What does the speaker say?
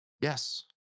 yes